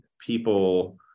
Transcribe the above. people